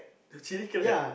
the chilli crab